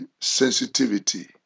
Sensitivity